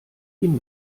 ihn